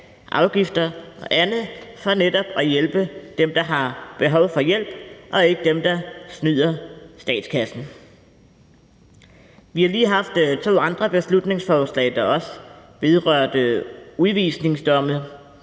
afgifter og andet for netop at hjælpe dem, der har behov for hjælp, og ikke dem, der snyder statskassen. Vi har lige haft to andre beslutningsforslag, der også vedrørte udvisningsdomme,